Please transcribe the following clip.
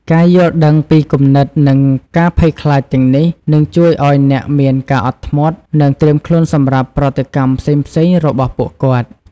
ការយល់ដឹងពីគំនិត និងការភ័យខ្លាចទាំងនេះ នឹងជួយឱ្យអ្នកមានការអត់ធ្មត់ និងត្រៀមខ្លួនសម្រាប់ប្រតិកម្មផ្សេងៗរបស់ពួកគាត់។